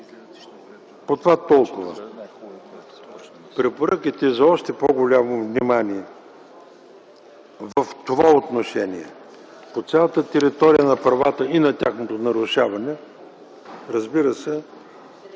По това – толкова. Препоръката за още по-голямо внимание в това отношение по цялата територия на правата и на тяхното нарушаване, разбира се,